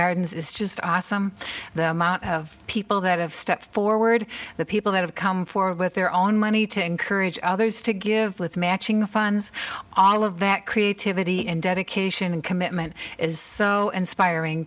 gardens is just awesome the amount of people that have stepped forward the people that have come forward with their own money to encourage others to give with matching funds all of that creativity and dedication and commitment is so inspiring